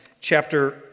chapter